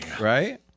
Right